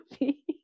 movie